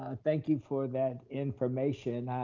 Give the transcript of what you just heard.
ah thank you for that information.